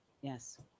Yes